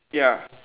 ya